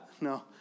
No